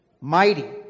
Mighty